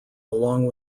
along